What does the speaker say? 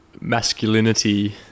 masculinity